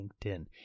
LinkedIn